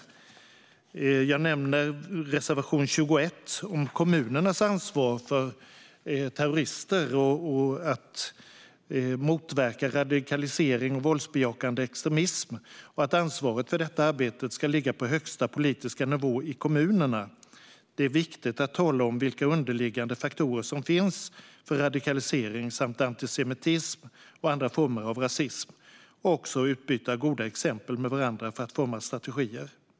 Låt mig nämna reservation 21 om kommunernas ansvar för terrorister och för att motverka radikalisering och våldsbejakande extremism och att ansvaret för detta arbete ska ligga på högsta politiska nivå i kommunerna. Det är viktigt att tala om vilka underliggande faktorer som finns för radikalisering och för antisemitism och andra former av rasism och att också utbyta goda exempel med varandra för att forma strategier.